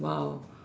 !wow!